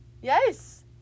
yes